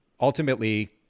ultimately